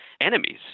enemies